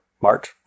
March